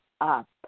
up